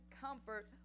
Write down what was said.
comfort